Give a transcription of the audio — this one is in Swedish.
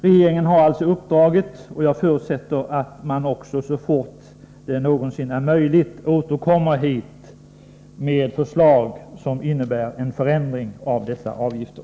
Regeringen har alltså riksdagens uppdrag i detta avseende, och jag förutsätter att regeringen så fort det någonsin är möjligt återkommer till riksdagen med ett förslag som innebär en förändring av dessa avgifter.